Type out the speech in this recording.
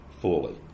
fully